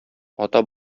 ата